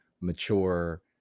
mature